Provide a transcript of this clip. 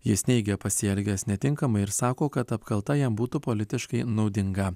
jis neigė pasielgęs netinkamai ir sako kad apkalta jam būtų politiškai naudinga